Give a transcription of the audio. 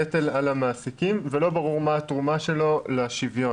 נטל על המעסיקים ולא ברור מה התרומה שלו לשוויון.